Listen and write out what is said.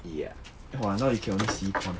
ya !wah! now you can only see